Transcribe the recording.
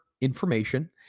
information